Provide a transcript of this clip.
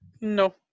No